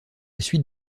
suite